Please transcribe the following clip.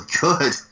good